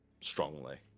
strongly